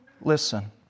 listen